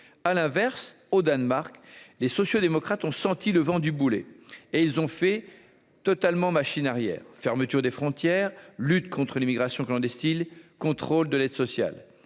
à l'inverse, au Danemark, les sociaux-démocrates ont senti le vent du boulet et ils ont fait totalement machine arrière, fermeture des frontières, lutte contre l'immigration clandestine, contrôle de l'aide sociale